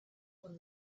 when